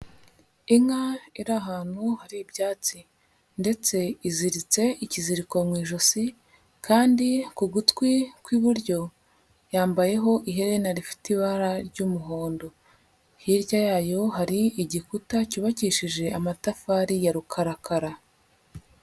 Inka iri ahantu hari ibyatsi ndetse iziritse ikiziriko mu ijosi kandi ku gutwi kw'iburyo yambayeho iherena rifite ibara ry'umuhondo, hirya yayo hari igikuta cyubakishije amatafari ya rukarakara.